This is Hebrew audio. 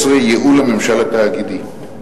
12) (ייעול הממשל התאגידי).